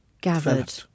gathered